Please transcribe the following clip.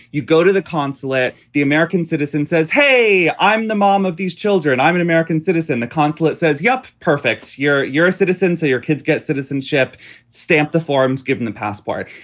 you go to the consulate, the american citizen says, hey, i'm the mom of these children. i'm an american citizen. the consulate says, yup, perfect's, you're you're a citizen. so your kids get citizenship stamped the forms, given the passport.